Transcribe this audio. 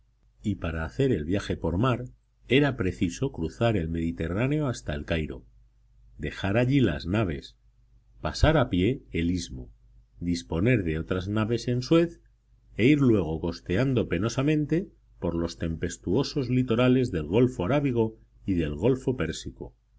y para hacer el viaje por mar era preciso cruzar el mediterráneo hasta el cairo dejar allí las naves pasar a pie el istmo disponer de otras naves en suez e ir luego costeando penosamente por los tempestuosos litorales del golfo arábigo y del golfo pérsico